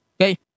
Okay